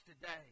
today